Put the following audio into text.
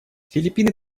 филиппины